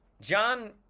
John